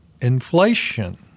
inflation